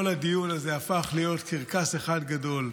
כל הדיון הזה הפך להיות קרקס אחד גדול.